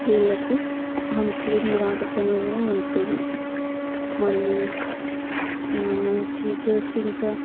వీళ్ళకు అంతులేని వ్రాతపని కూడా ఉంటుంది మళ్ళీ టీచర్స్ ఇంకా